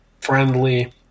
friendly